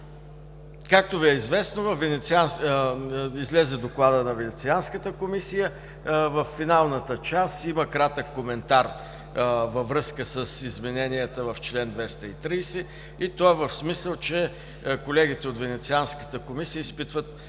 Както Ви е известно, излезе Докладът на Венецианската комисия. Във финалната част има кратък коментар във връзка с измененията в чл. 230 и то в смисъл, че колегите от Венецианската комисия изпитват